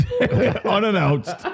unannounced